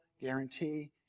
guarantee